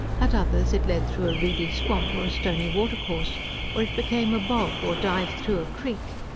at others, it led through a reedy swamp, or a stony watercourse or it became a bog or dived through a creek.